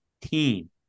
team